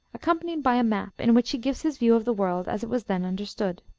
accompanied by a map, in which he gives his view of the world as it was then understood.